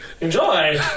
Enjoy